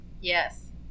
Yes